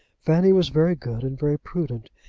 fanny was very good and very prudent.